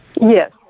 Yes